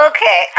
Okay